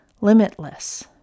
limitless